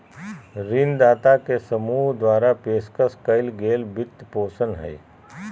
ऋणदाता के समूह द्वारा पेशकश कइल गेल वित्तपोषण हइ